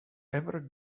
ever